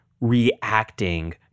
reacting